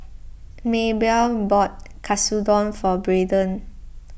Maebelle bought Katsudon for Braydon